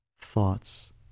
Thoughts